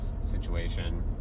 situation